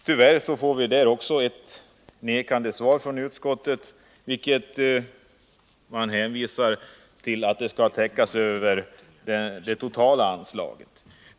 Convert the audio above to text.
Tyvärr får vi också på den punkten ett avböjande svar från utskottet, som hänvisar till att detta syfte tillgodoses inom ramen för den totala verksamheten.